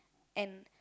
and